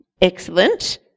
Excellent